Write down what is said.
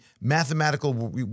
mathematical